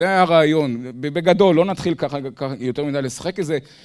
זה היה הרעיון. בגדול, לא נתחיל ככה יותר מדי לשחק איזה...